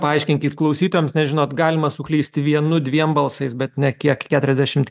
paaiškinkit klausytojams nes žinot galima suklysti vienu dviem balsais bet ne kiek keturiasdešimt